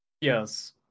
Yes